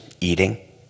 eating